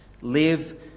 live